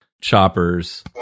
choppers